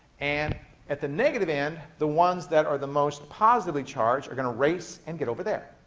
and at the negative end, the ones that are the most positively charged are going to race and get over there.